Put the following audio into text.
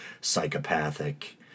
psychopathic